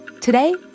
Today